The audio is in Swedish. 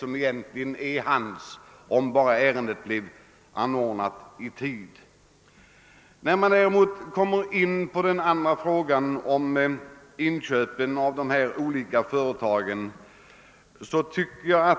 Kritiken mot handläggningen av statens förvärv av vissa företag finner jag däremot inte berättigad.